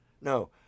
No